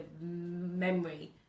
memory